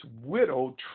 widow